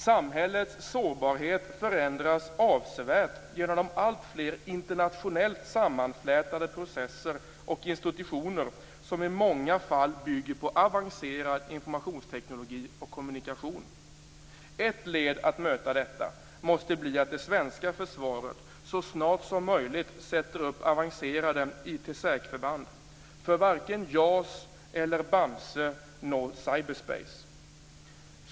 Samhällets sårbarhet förändras avsevärt genom de alltfler internationellt sammanflätade processer och institutioner som i många fall bygger på avancerad informationsteknik och kommunikation. Ett led att möta detta måste bli att det svenska försvaret så snart som möjligt sätter upp avancerade IT säkerhetsförband. Varken JAS eller Bamse når cyberspace.